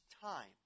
time